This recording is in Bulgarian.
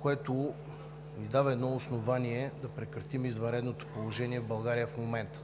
което ни дава едно основание да прекратим извънредното положение в България в момента.